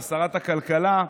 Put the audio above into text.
לשרת הכלכלה,